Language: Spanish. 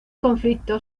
conflicto